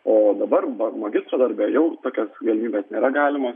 o dabar magistro darbe jau tokios galimybės nėra galima